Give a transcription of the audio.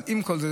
אבל עם כל זה,